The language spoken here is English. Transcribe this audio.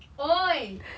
!oi!